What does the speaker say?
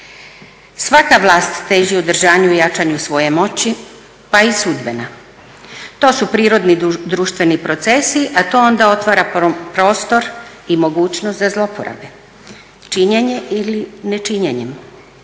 Svaka vlast teži održanju i jačanju svoje moći pa i sudbena. To su prirodni društveni procesi, a to onda otvara prostor i mogućnost za zlouporabe činjenjem ili nečinjenjem.